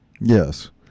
Yes